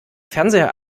fernseher